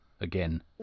again